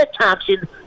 Thompson